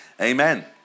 Amen